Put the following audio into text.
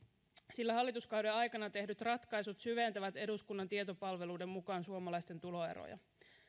sillä hallituskauden aikana tehdyt ratkaisut syventävät eduskunnan tietopalvelun mukaan suomalaisten tuloeroja